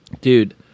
Dude